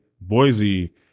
Boise